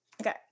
Okay